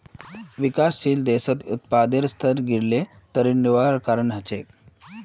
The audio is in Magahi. विकासशील देशत उत्पादेर स्तर गिरले त ऋण लिबार कारण बन छेक